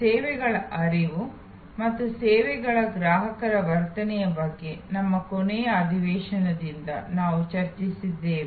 ಸೇವೆಗಳ ಹರಿವು ಮತ್ತು ಸೇವೆಗಳ ಗ್ರಾಹಕರ ವರ್ತನೆಯ ಬಗ್ಗೆ ನಮ್ಮ ಕೊನೆಯ ಅಧಿವೇಶನದಿಂದ ನಾವು ಚರ್ಚಿಸುತ್ತಿದ್ದೇವೆ